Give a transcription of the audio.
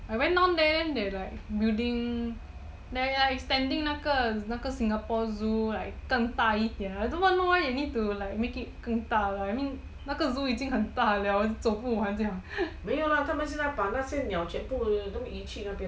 I went down there then they like building they like extending 那个那个 singapore zoo like 更大一点 I do not know why they need like to make it 更大 I mean 那个 zoo 已经很大了走不完